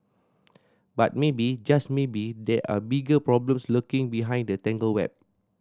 but maybe just maybe there are bigger problems lurking behind the tangled web